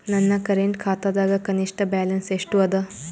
ನನ್ನ ಕರೆಂಟ್ ಖಾತಾದಾಗ ಕನಿಷ್ಠ ಬ್ಯಾಲೆನ್ಸ್ ಎಷ್ಟು ಅದ